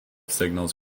signals